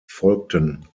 folgten